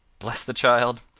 bless the child!